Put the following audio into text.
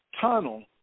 Tunnel